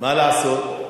מה לעשות?